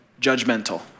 judgmental